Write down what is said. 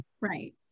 Right